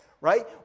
right